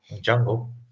jungle